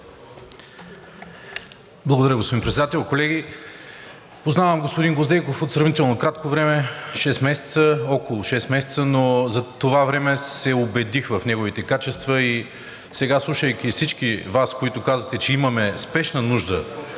Благодаря, господин Председател. Колеги, познавам господин Гвоздейков от сравнително кратко време – около шест месеца, но за това време се убедих в неговите качества и сега, слушайки всички Вас, които казахте, че имаме спешна нужда